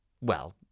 Well